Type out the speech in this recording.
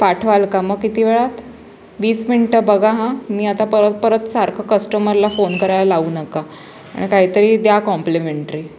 पाठवाल का मग किती वेळात वीस मिनटं बघा हां मी आता परत परत सारखं कस्टमरला फोन करायला लावू नका आणि काहीतरी द्या कॉम्प्लिमेंटरी